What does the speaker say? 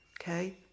okay